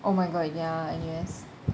oh my god ya N_U_S